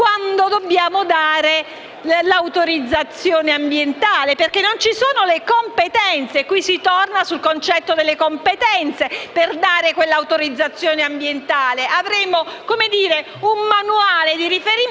quando dobbiamo dare l’autorizzazione ambientale perché non ci sono le competenze (e si torna sul concetto di competenze) per concedere quell’autorizzazione ambientale. Avremo, come dire, un manuale di riferimento